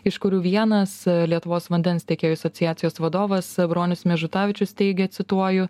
iš kurių vienas lietuvos vandens tiekėjų asociacijos vadovas bronius miežutavičius teigia cituoju